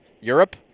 europe